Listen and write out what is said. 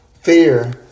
Fear